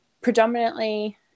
predominantly